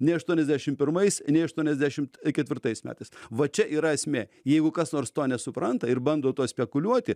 nei aštuoniasdešim pirmais nei aštuoniasdešimt ketvirtais metais va čia yra esmė jeigu kas nors to nesupranta ir bando tuo spekuliuoti